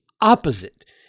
opposite